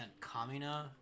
Kamina